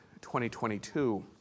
2022